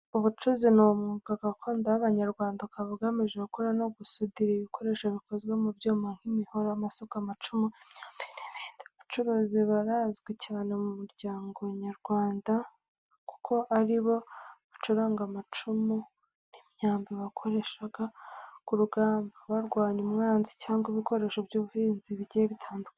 Ubucuzi ni umwuga gakondo w’Abanyarwanda, ukaba ugamije gukora no gusudira ibikoresho bikozwe mu byuma nk'imihoro, amasuka, amacumu, imyambi n'ibindi. Abacuzi barazwi cyane mu muryango nyarwanda, kuko ari bo bacuraga amacumu n'imyambi bakoreshaga ku rugamba barwana n'umwanzi, cyangwa ibikoresho by’ubuhinzi bigiye bitandukanye.